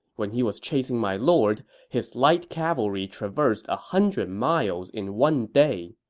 when he was chasing my lord, his light cavalry traversed a hundred miles in one day.